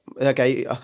okay